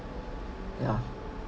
yeah